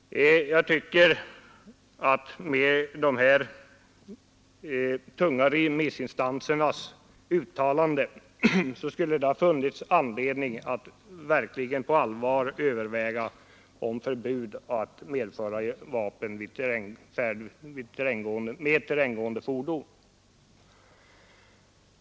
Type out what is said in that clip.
Jag tycker att med de här tunga remissinstansernas uttalanden som bakgrund skulle det ha funnits anledning att verkligen på allvar överväga förbud att medföra vapen vid färd med terränggående fordon.